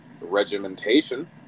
regimentation